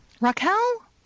Raquel